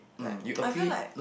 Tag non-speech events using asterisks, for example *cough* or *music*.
like *noise* I feel like